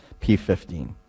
P15